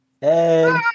Hey